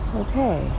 okay